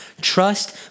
Trust